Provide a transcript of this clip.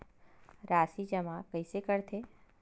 राशि जमा कइसे करथे?